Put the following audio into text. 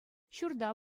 ҫурта